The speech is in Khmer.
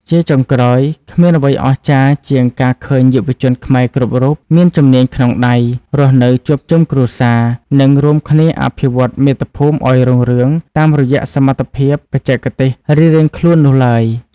ជាចុងក្រោយ គ្មានអ្វីអស្ចារ្យជាងការឃើញយុវជនខ្មែរគ្រប់រូបមានជំនាញក្នុងដៃ រស់នៅជួបជុំគ្រួសារ និងរួមគ្នាអភិវឌ្ឍមាតុភូមិឱ្យរុងរឿងតាមរយៈសមត្ថភាពបច្ចេកទេសរៀងៗខ្លួននោះឡើយ។